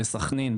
בסכנין,